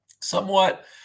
somewhat